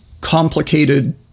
complicated